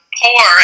poor